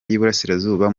y’uburasirazuba